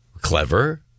Clever